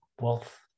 wealth